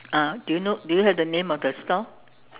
ah do you know do you have the name of the store